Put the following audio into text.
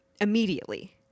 immediately